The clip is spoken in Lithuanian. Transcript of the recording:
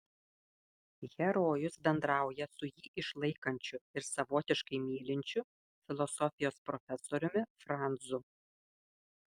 herojus bendrauja su jį išlaikančiu ir savotiškai mylinčiu filosofijos profesoriumi franzu